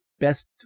best